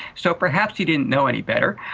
so perhaps he didn't know any better,